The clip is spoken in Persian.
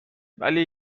ولی